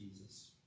Jesus